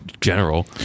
general